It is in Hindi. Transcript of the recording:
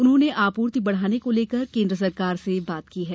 उन्होंने आपूर्ति बढ़ाने को लेकर केन्द्र सरकार से बात की है